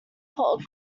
pot